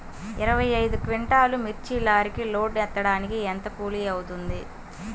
ఇరవై ఐదు క్వింటాల్లు మిర్చి లారీకి లోడ్ ఎత్తడానికి ఎంత కూలి అవుతుంది?